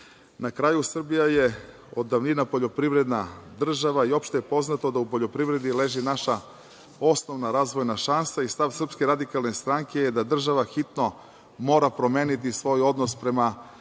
EU.Na kraju, Srbija je od davnina poljoprivredna država i opšte je poznato da u poljoprivredi leži naša osnovna razvojan šansa i stav SRS je da država hitno mora promeniti svoj odnos prema